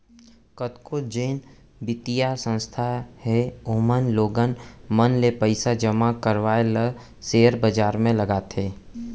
कतको जेन बित्तीय संस्था हे ओमन लोगन मन ले पइसा जमा करवाय ल सेयर बजार म लगाथे